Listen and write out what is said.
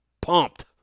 pumped